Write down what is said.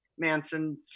Manson